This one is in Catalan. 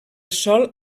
sòl